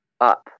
up